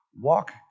walk